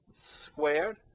squared